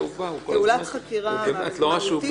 אמרתם, בדיווח